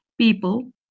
People